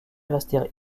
restèrent